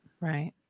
right